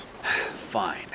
Fine